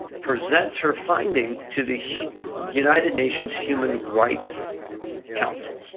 presents her finding to the united nations human rights council,